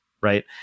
right